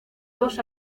dos